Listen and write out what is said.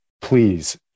please